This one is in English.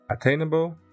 attainable